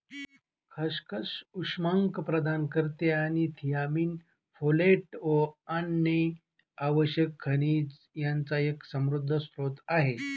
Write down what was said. खसखस उष्मांक प्रदान करते आणि थियामीन, फोलेट व अन्य आवश्यक खनिज यांचा एक समृद्ध स्त्रोत आहे